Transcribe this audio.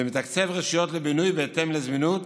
ומתקצב רשויות לבינוי בהתאם לזמינות